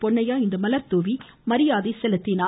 பொன்னையா இன்று மலர்துாவி மரியாதை செலுத்தினார்